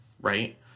right